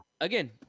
Again